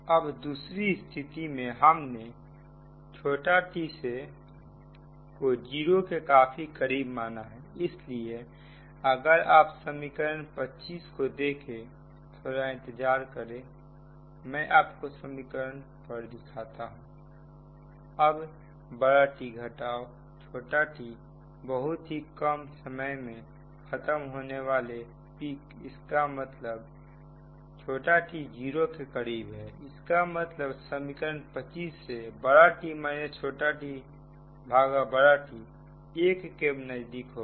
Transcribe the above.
अब दूसरी स्थिति स्थिति में हमने t को 0 के काफी करीब माना है इसलिए अगर आप समीकरण 25 को देखें थोड़ा इंतजार करें मैं आपको समीकरण पर दिखाता हूं जब T घटाओ t बहुत ही कम समय में खत्म होने वाली पीक इसका मतलब t जीरो के करीब है इसका मतलब समीकरण 25 सेT एक के नजदीक होगा